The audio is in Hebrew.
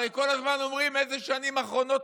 הרי כל הזמן אומרים: אילו שנים אחרונות